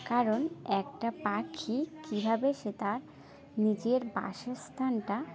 কারণ একটা পাখি কী ভাবে সে তার নিজের বাসস্থানটা